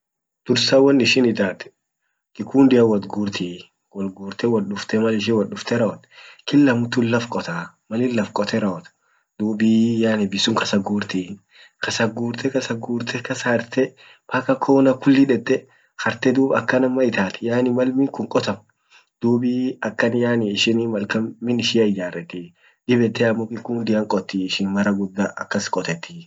Dursa won ishin itat kikunduia. wol gurti ,wolgurte wotdufte mal ishin wotdufte rawote Kila mtu laf qotaa mal in laf qote rawot dubii yani bi sun kasa gurti kasa gurte kasa gurte kasa harte paka kona kulli dete harte dub akanan man itat yani mal minkun qotam dubii akan yani ishini malkan min ishia ijaretti dib yette amo min kundian qotti ishin mara guda akas qoteti.